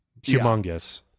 Humongous